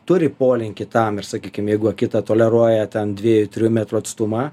turi polinkį tam ir sakykim jeigu akita toleruoja ten dviejų trijų metrų atstumą